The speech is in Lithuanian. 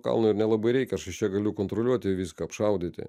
kalno ir nelabai reikia aš iš čia galiu kontroliuoti viską apšaudyti